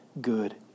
good